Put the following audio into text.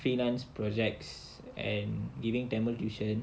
freelance projects and giving tamil tuition